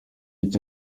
icyo